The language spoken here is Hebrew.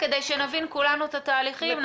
כדי שנבין כולנו את התהליכים.